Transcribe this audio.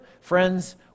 friends